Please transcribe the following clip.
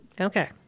Okay